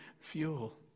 fuel